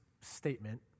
statement